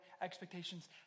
expectations